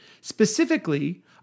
specifically